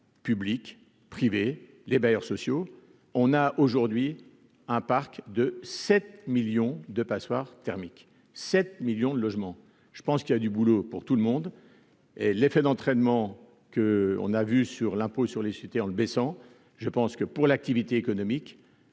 publics, privés, les bailleurs sociaux, on a aujourd'hui un parc de 7 millions de passoires thermiques 7 millions de logements, je pense qu'il y a du boulot pour tout le monde et l'effet d'entraînement que on a vu sur l'impôt sur les sociétés en le baissant, je pense que pour l'activité économique